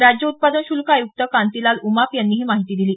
राज्य उत्पादन शुल्क आयुक्त कांतीलाल उमाप यांनी ही माहिती दिली